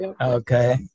Okay